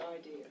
idea